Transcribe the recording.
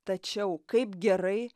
tačiau kaip gerai